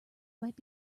might